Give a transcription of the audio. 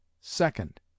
Second